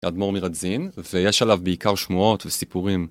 אדמור מרדזין, ויש עליו בעיקר שמועות וסיפורים.